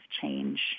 change